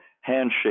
handshake